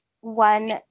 one